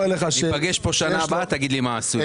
ניפגש פה בשנה הבאה ותגיד לי מה נעשה.